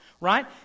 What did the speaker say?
right